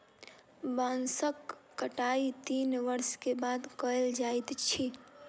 बांसक कटाई तीन वर्ष के बाद कयल जाइत अछि